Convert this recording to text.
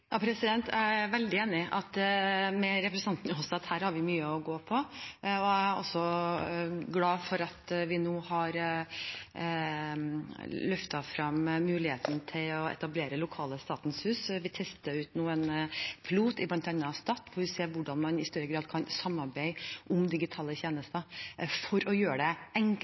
Jeg er veldig enig med representanten Njåstad i at her har vi mye å gå på. Jeg er også glad for at vi nå har løftet frem muligheten til å etablere lokale Statens hus. Vi tester nå ut en pilot i bl.a. Stad for å se hvordan vi i større grad kan samarbeide om digitale tjenester for å gjøre det